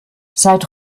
seit